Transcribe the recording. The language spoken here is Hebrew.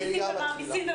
תודה רבה, המליאה מתחילה.